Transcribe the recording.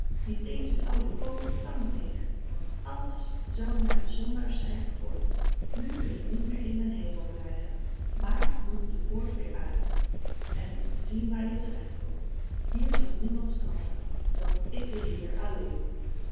niet eens een oude pook of tang meer want alles zou naar de zondaars zijn gegooid nu kun je niet meer in den hemel blijven maar moet de poort weer uit en zien waar je terecht komt hier zal niemand straffen dan ik de heer alléén